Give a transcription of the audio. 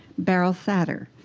beryl satter,